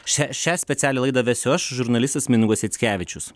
šią šią specialią laidą vesiu aš žurnalistas mindaugas jackevičius